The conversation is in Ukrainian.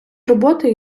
роботи